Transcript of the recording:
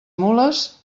mules